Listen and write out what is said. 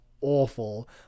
awful